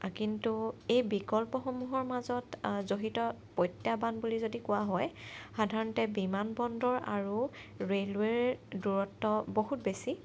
কিন্তু এই বিকল্পসমূহৰ মাজত জড়িত প্ৰত্যাহবান বুলি যদি কোৱা হয় সাধাৰণতে বিমান বন্দৰ আৰু ৰেলৱেৰ দূৰত্ব বহুত বেছি